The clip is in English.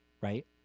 right